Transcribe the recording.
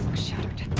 shattered!